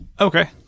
Okay